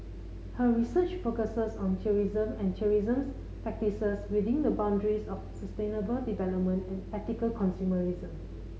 her research focuses on tourism and tourism's practices within the boundaries of sustainable development and ethical consumerism